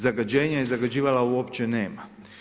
Zagađenje i zagađivala uopće nema.